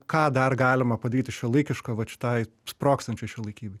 ką dar galima padaryti šiuolaikiško vat šitai sprogstančiai šiuolaikybaei